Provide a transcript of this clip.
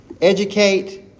Educate